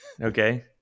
okay